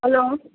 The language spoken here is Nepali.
हेलो